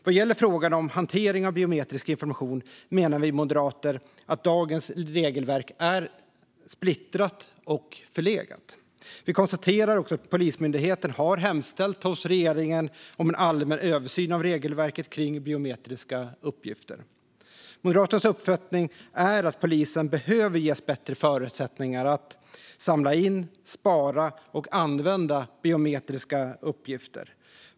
Vad gäller frågan om hantering av biometrisk information menar vi moderater att dagens regelverk är splittrat och förlegat. Vi konstaterar också att Polismyndigheten har hemställt hos regeringen om en allmän översyn av regelverket kring biometriska uppgifter. Moderaternas uppfattning är att polisen behöver ges bättre förutsättningar att samla in, spara och använda biometriska uppgifter.